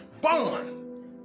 bond